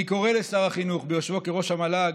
אני קורא לשר החינוך, ביושבו כראש המל"ג,